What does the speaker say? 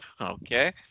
Okay